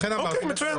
אוקיי, מצוין.